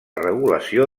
regulació